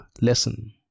lesson